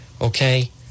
Okay